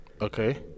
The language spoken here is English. Okay